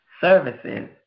services